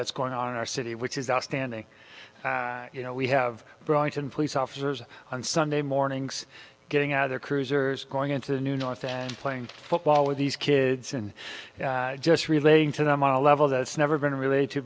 that's going on in our city which is outstanding you know we have brought in police officers on sunday mornings getting out of their cruisers going into the new north and playing football with these kids and just relating to them on a level that's never going to relate to